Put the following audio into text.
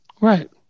Right